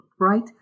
right